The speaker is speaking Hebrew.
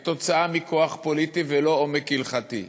כתוצאה מכוח פוליטי ולא עומק הלכתי,